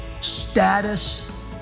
status